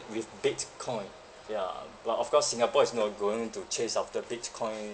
with Bitcoin ya but of course singapore is not going to chase after Bitcoin